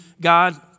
God